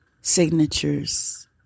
signatures